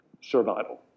survival